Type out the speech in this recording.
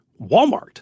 walmart